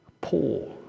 poor